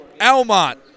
Almont